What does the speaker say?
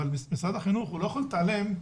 אבל משרד החינוך לא יכול להתעלם,